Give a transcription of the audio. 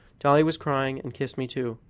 dolly was crying and kissed me too.